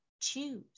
choose